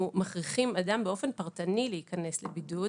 מכריחים אדם באופן פרטני להיכנס לבידוד,